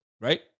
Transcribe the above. Right